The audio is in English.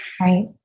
Right